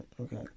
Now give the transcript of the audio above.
Okay